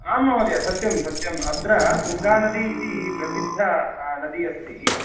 आम् महोदय सत्यं सत्यम् अत्र तुङ्गानदी इति प्रसिद्धा नदी अस्ति